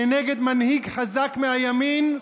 כנגד מנהיג חזק מהימין.